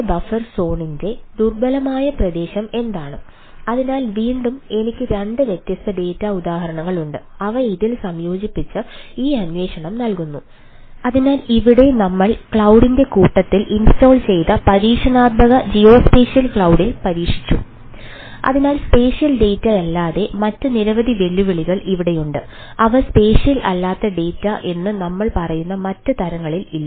business പരീക്ഷിച്ചു അതിനാൽ spatial data എന്ന് നമ്മൾ പറയുന്ന മറ്റ് തരങ്ങളിൽ ഇല്ല